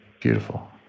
Beautiful